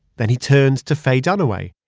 then he turned to faye dunaway.